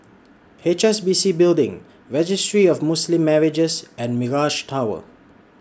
H S B C Building Registry of Muslim Marriages and Mirage Tower